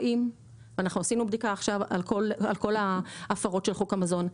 עשינו בדיקות על כל ההפרות של חוק המזון,